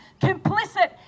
complicit